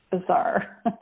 bizarre